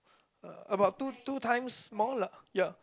uh about two two times more lah ya